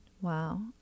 Wow